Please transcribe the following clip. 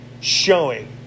showing